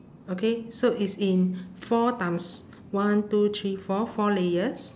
okay so it's in four times one two three four four layers